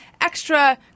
extra